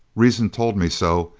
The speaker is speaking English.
reason told me so,